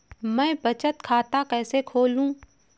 मैं बचत खाता कैसे खोलूं?